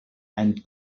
and